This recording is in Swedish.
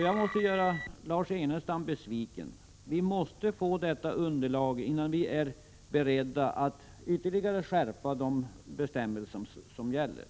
Jag måste därför göra Lars Ernestam besviken: Vi måste få detta underlag innan vi är beredda att ytterligare skärpa de bestämmelser som gäller.